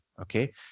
Okay